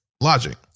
logic